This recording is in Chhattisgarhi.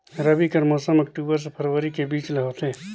रबी कर मौसम अक्टूबर से फरवरी के बीच ल होथे